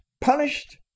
punished